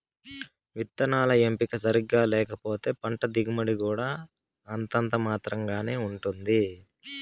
విత్తనాల ఎంపిక సరిగ్గా లేకపోతే పంట దిగుబడి కూడా అంతంత మాత్రం గానే ఉంటుంది